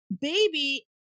Baby